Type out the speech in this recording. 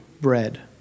bread